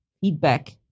feedback